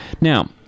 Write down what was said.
Now